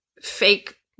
fake